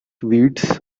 weeds